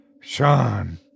Sean